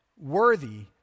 Worthy